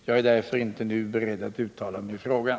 Jag är därför inte nu beredd att uttala mig i frågan.